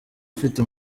ufite